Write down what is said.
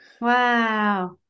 Wow